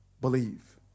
believe